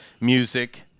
music